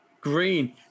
Green